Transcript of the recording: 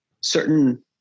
certain